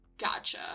gotcha